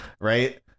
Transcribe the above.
right